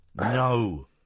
No